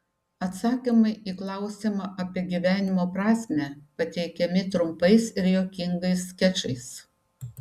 atsakymai į klausimą apie gyvenimo prasmę pateikiami trumpais ir juokingais skečais